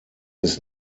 ist